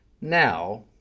now